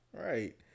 right